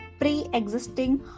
pre-existing